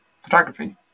photography